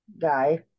guy